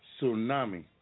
tsunami